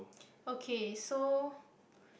okay so